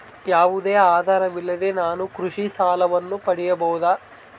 ಯಾವುದೇ ಆಧಾರವಿಲ್ಲದೆ ನಾನು ಕೃಷಿ ಸಾಲವನ್ನು ಪಡೆಯಬಹುದಾ?